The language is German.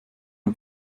und